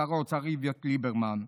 שר האוצר איווט ליברמן.